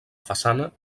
façana